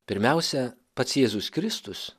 pirmiausia pats jėzus kristus